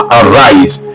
arise